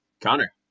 Connor